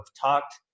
talked